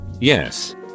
Yes